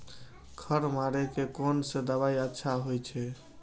खर मारे के कोन से दवाई अच्छा होय छे?